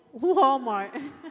Walmart